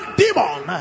demon